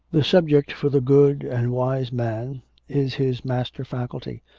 the subject for the good and wise man is his master faculty,